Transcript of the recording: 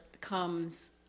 comes